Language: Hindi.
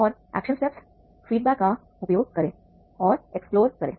और एक्शन स्टेप्स फीडबैक का उपयोग करें और एक्सप्लोर करें